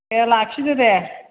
दे लाखिदो दे